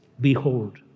behold